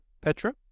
Petra